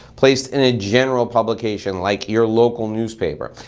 placed in a general publication like your local newspaper.